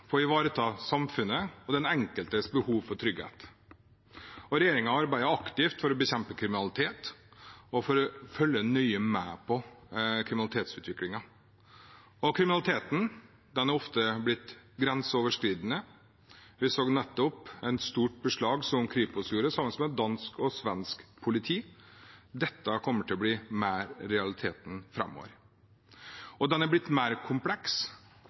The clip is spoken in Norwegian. på å ivareta samfunnets og den enkeltes behov for trygghet. Regjeringen arbeider aktivt for å bekjempe kriminalitet og for å følge nøye med på kriminalitetsutviklingen. Kriminaliteten er ofte blitt grenseoverskridende. Vi så nettopp et stort beslag som Kripos gjorde sammen med dansk og svensk politi. Dette kommer i større grad til å bli realiteten framover. Kriminaliteten er også blitt mer kompleks.